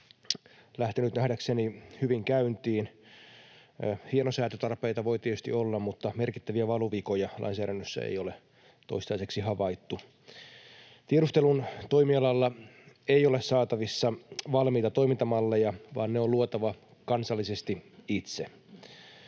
lähtenyt nähdäkseni hyvin käyntiin. Hienosäätötarpeita voi tietysti olla, mutta merkittäviä valuvikoja lainsäädännössä ei ole toistaiseksi havaittu. Tiedustelun toimialalla ei ole saatavissa valmiita toimintamalleja, vaan ne on luotava kansallisesti itse.